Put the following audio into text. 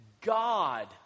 God